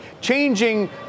changing